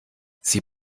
sie